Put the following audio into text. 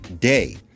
day